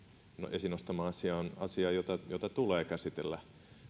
esiin nostama asia on asia jota jota tulee käsitellä